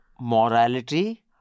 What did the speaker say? morality